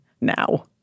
now